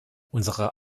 unsere